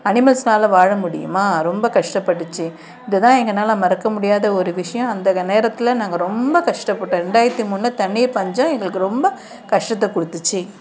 அனிமல்ஸ்னால் வாழ முடியுமா ரொம்ப கஷ்டப்பட்டுச்சு இதை தான் எங்கனால் மறக்க முடியாத ஒரு விஷயம் அந்த நேரத்தில் நாங்கள் ரொம்ப கஷ்டப்பட்டோம் ரெண்டாயிரத்து மூணுல தண்ணீர் பஞ்சம் எங்களுக்கு ரொம்ப கஷ்டத்தை கொடுத்துச்சி